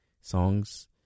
songs